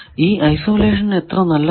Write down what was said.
ഈ ഐസൊലേഷൻ എത്ര നല്ലതാണ്